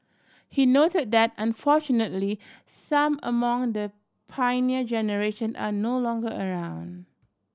he note that unfortunately some among the Pioneer Generation are no longer around